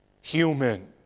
human